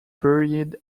buried